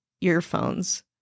earphones